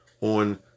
on